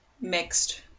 mixed